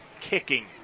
kicking